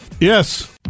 Yes